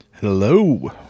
Hello